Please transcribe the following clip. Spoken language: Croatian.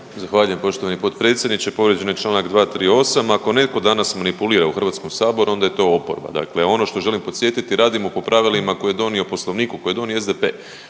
Zahvaljujem poštovani potpredsjedniče. Povrijeđen je članak 238. Ako netko danas manipulira u Hrvatskom saboru onda je to oporba. Dakle, ono što želim podsjetiti radimo po pravilima koje je donio Poslovnik, koji je donio SDP.